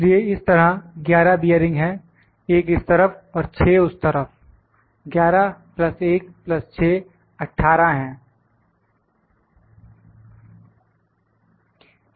इसलिए इस तरह 11 बियरिंग हैं1 इस तरफ और 6 उस तरफ 11 1 6 18 है